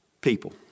people